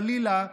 חלילה,